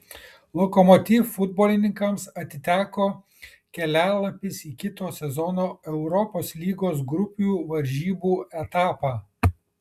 lokomotiv futbolininkams atiteko kelialapis į kito sezono europos lygos grupių varžybų etapą